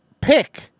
pick